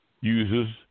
uses